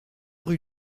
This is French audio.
rue